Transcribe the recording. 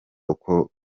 uko